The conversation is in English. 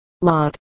Lot